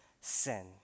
sin